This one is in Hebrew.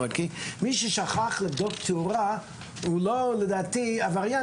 מי ששכח לבדוק תאורה הוא לדעתי לא עבריין